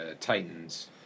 Titans